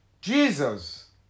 Jesus